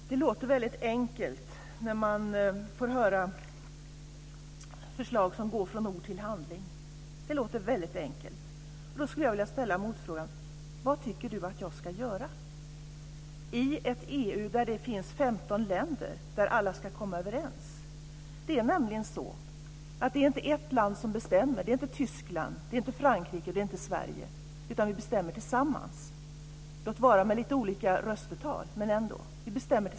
Herr talman! Det låter väldigt enkelt när man får höra förslag som går från ord till handling. Det låter väldigt enkelt. Jag skulle vilja ställa en motfråga. Vad tycker Gudrun Lindvall att jag ska göra i ett EU där det finns 15 länder som alla ska komma överens? Det är nämligen så att det inte är ett land som bestämmer. Det är inte Tyskland, Frankrike eller Sverige som gör det, utan vi bestämmer tillsammans, låt vara med lite olika röstetal men ändå.